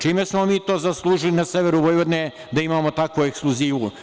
Čime smo mi to zaslužili na severu Vojvodine da imamo takvu ekskluzivu?